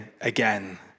again